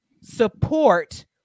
support